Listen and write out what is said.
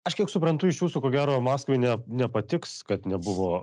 aš kiek suprantu iš jūsų ko gero maskvai ne nepatiks kad nebuvo